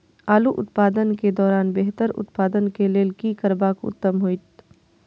आलू उत्पादन के दौरान बेहतर उत्पादन के लेल की करबाक उत्तम होयत?